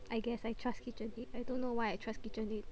I guess I trust KitchenAid I don't know why I trust KitchenAid